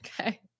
Okay